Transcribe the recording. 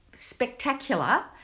spectacular